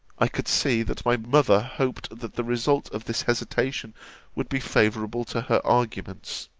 i could see, that my mother hoped that the result of this hesitation would be favourable to her arguments.